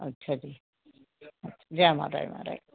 अच्छा जी जै माता दी महाराज